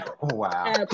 Wow